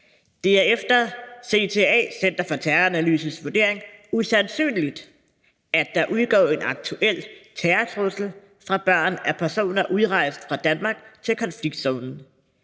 »Det er efter CTA’s« – Center for Terroranalyses – »vurdering usandsynligt, at der udgår en aktuel terrortrussel fra børn af personer udrejst fra Danmark til konfliktzonen.